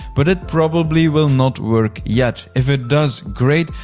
but it probably will not work yet. if it does, great,